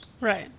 Right